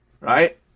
Right